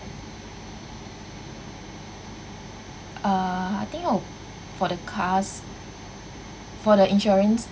uh I think I'll for the cars for the insurance